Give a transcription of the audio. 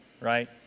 right